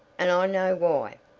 and i know why.